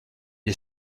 est